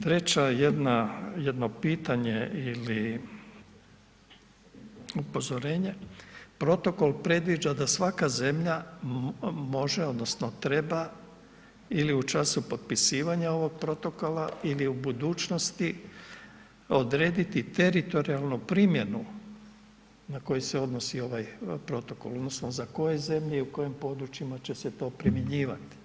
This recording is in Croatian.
Treća je jedno pitanje ili upozorenje, protokol predviđa da svaka zemlja može odnosno treba ili u času potpisivanja ovog protokola ili u budućnosti, odrediti teritorijalnu primjenu na koju se odnosi ovaj protokol odnosno za koje zemlje i u kojem područjima će se to primjenjivati.